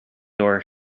door